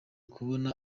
kubona